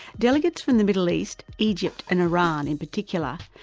delegates from the middle east, egypt and iran in particular,